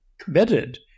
committed